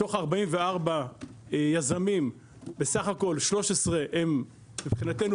מתוך 44 יזמים בסך הכול 13 הם מבחינתנו